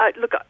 Look